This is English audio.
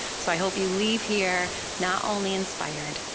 so i hope you leave here not only inspired,